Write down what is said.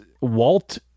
Walt